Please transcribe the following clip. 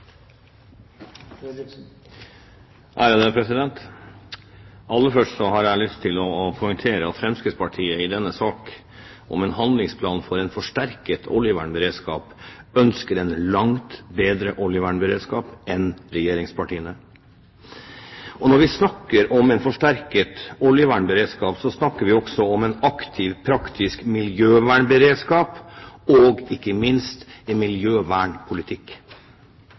Aller først har jeg lyst til å poengtere at Fremskrittspartiet i denne saken som gjelder en handlingsplan om en forsterket oljevernberedskap ønsker en langt bedre oljevernberedskap enn regjeringspartiene. Når vi snakker om en forsterket oljevernberedskap, så snakker vi også om en aktiv praktisk miljøvernberedskap og ikke minst en miljøvernpolitikk.